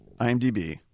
IMDb